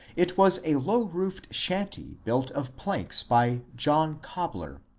it was a low-roofed shanty built of planks by john cobler.